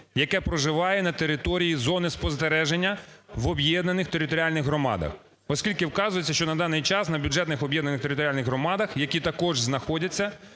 яке проживає на території зони спостереження в об'єднаних територіальних громадах, оскільки вказується, що на даний час на бюджетних об'єднаних територіальних громадах, які також знаходяться